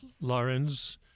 Lawrence